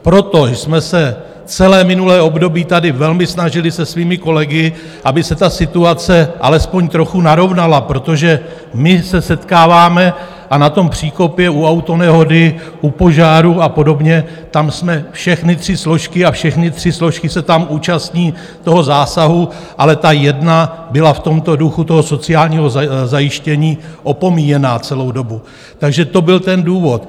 Proto jsme se celé minulé období tady velmi snažili se svými kolegy, aby se ta situace alespoň trochu narovnala, protože my se setkáváme, na tom příkopě u autonehody, u požárů a podobně, tam jsme všechny tři složky, všechny tři složky se tam účastní toho zásahu, ale ta jedna byla v tomto duchu sociálního zajištění opomíjena celou dobu, takže to byl ten důvod.